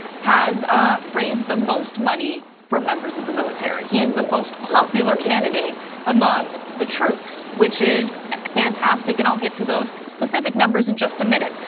has ah raised the most money. for members of the military, he's the most popular candidate among the troops, which is fantastic, and i'll get to those specific numbers in just a minute.